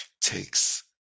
takes